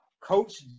Coach